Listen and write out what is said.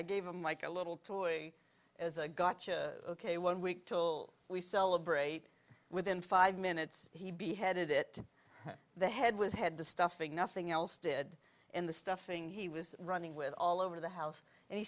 i gave him like a little toy as a gotcha ok one week till we celebrate within five minutes he'd be headed it to the head was had the stuffing nothing else did in the stuffing he was running with all over the house and he